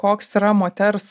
koks yra moters